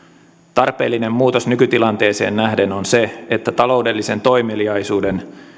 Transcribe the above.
tarpeellinen muutos nykytilanteeseen nähden on se että taloudellisen toimeliaisuuden